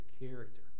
character